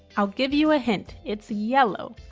i'll give you a hint, it's yellow.